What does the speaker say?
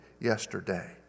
yesterday